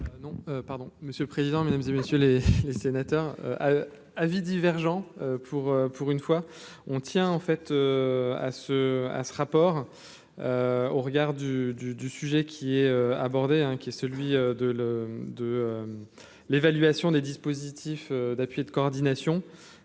monsieur le président, Mesdames et messieurs les. Sénateur avis divergent pour pour une fois on tient en fait à ce à ce rapport au regard du du du sujet qui est abordé, hein, qui est celui de, le, de l'évaluation des dispositifs d'appui de coordination,